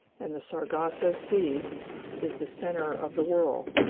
and the sargasso sea is the center of the whirl.